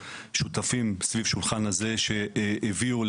סביב השולחן הזה יש שותפים שהביאו,